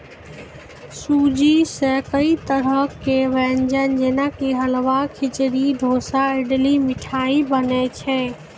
सूजी सॅ कई तरह के व्यंजन जेना कि हलवा, खिचड़ी, डोसा, इडली, मिठाई बनै छै